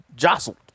Jostled